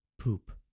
poop